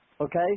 okay